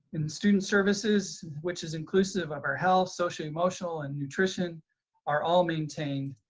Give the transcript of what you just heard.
in student services, which is inclusive of our health, social, emotional, and nutrition are all maintained.